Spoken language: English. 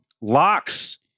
locks